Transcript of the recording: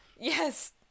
Yes